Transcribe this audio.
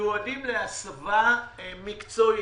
שמיועדים להסבה מקצועית.